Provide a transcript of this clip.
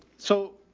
so